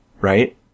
right